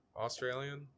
Australian